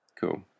Cool